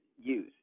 use